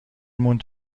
موند